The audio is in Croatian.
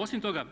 Osim toga